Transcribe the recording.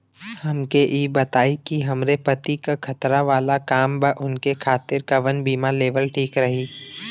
हमके ई बताईं कि हमरे पति क खतरा वाला काम बा ऊनके खातिर कवन बीमा लेवल ठीक रही?